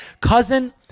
Cousin